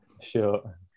Sure